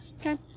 Okay